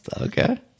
okay